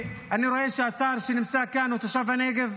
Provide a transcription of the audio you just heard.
אני רואה שהשר שנמצא כאן הוא תושב הנגב.